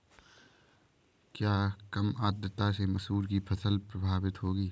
क्या कम आर्द्रता से मसूर की फसल प्रभावित होगी?